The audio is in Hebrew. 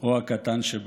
או הקטן שבהם.